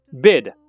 bid